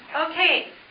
Okay